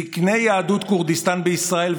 זקני יהדות כורדיסטן בישראל,